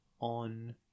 on